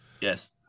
Yes